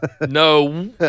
no